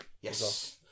Yes